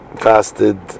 fasted